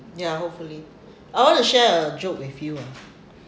ya hopefully I want to share a joke with you ah